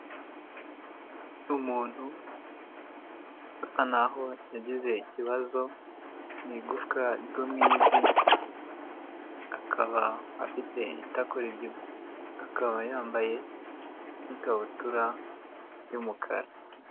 Umuntu usa naho yagize ikibazo mu igufwa ryo mu ivi akaba afite itako ribyibushye akaba yambaye n’ikabutura y'umukara.